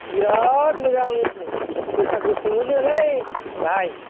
बिराद मोजां बैसागु खुङोनोलै भाइ